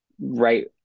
Right